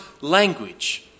language